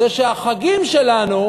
זה שהחגים שלנו,